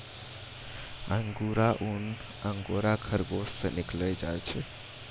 अंगुरा ऊन अंगोरा खरगोस से निकाललो जाय छै